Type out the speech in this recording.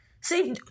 See